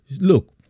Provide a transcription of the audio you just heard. Look